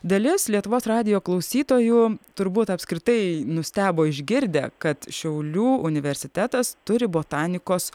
dalis lietuvos radijo klausytojų turbūt apskritai nustebo išgirdę kad šiaulių universitetas turi botanikos